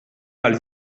għall